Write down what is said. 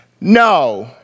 No